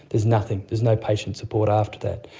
there's nothing, there's no patient support after that.